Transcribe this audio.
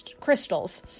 crystals